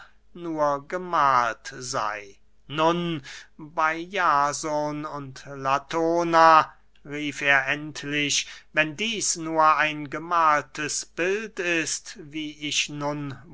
nur gemahlt sey nun bey jason und latona rief er endlich wenn dieß nur ein gemahltes bild ist wie ich nun